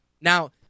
Now